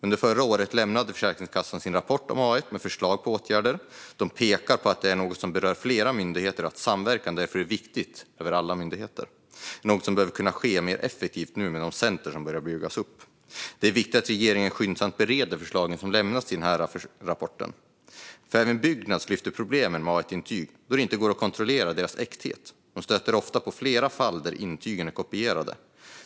Under förra året lämnade Försäkringskassan sin rapport om A1 med förslag på åtgärder. De pekar på att detta är något som berör flera myndigheter och att det därför är viktigt med samverkan mellan myndigheterna. Detta bör nu kunna ske mer effektivt med de center som har börjat byggas upp. Det är viktigt att regeringen skyndsamt bereder de förslag som har lämnats i denna rapport. Även Byggnads lyfter fram problemen med A1-intygen. Det går inte att kontrollera deras äkthet. Byggnads stöter ofta på fall där intygen är kopierade.